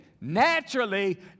Naturally